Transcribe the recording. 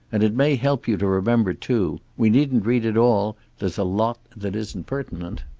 and it may help you to remember, too. we needn't read it all. there's a lot that isn't pertinent.